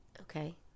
Okay